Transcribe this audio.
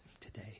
today